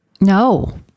No